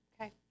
Okay